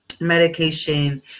medication